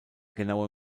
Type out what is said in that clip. genaue